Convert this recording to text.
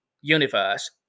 universe